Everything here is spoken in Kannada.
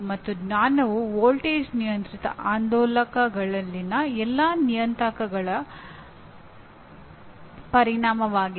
ಮತ್ತು ಜ್ಞಾನವು ವೋಲ್ಟೇಜ್ ನಿಯಂತ್ರಿತ ಆಂದೋಲಕಗಳಲ್ಲಿನ ಎಲ್ಲಾ ನಿಯತಾಂಕಗಳ ಪರಿಣಾಮವಾಗಿದೆ